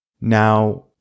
Now